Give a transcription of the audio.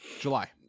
July